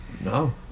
No